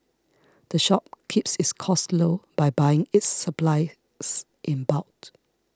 the shop keeps its costs low by buying its supplies in bulk